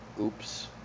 Oops